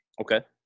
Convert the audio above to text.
Okay